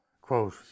quote